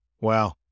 Wow